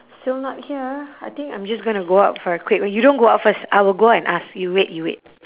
still not here I think I'm just going to go out for a quick you don't go out first I'll go out and ask you wait you wait